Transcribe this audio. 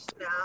now